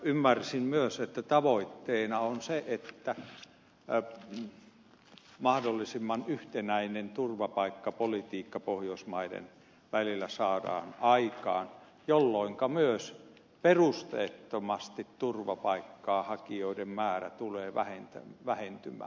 ymmärsin myös että tavoitteena on se että mahdollisimman yhtenäinen turvapaikkapolitiikka pohjoismaiden välillä saadaan aikaan jolloinka myös perusteettomasti turvapaikkaa hakeneiden määrä tulee vähentymään